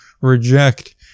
reject